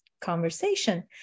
conversation